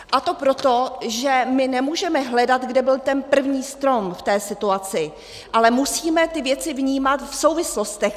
A to proto, že my nemůžeme hledat, kde byl ten první strom v té situaci, ale musíme ty věci vnímat v souvislostech.